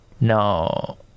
no